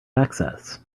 access